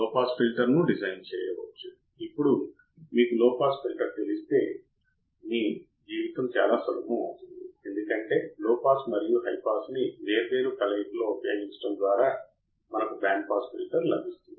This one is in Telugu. కాబట్టి Ib1 సున్నా కి దగ్గరగా ఉన్నప్పుడు మాత్రమే Ib1 యొక్క ప్రభావాన్ని మనం పరిగణించవలసి ఉందని మనం అర్థం చేసుకోవాలి అప్పుడు మనకు విలువ ఉంటుంది ఇది మనకు కావలసిన విలువ